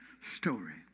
story